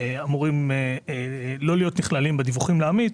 הם אמורים לא להיות נכללים בדיווחים לעמית,